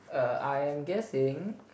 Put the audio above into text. err I am guessing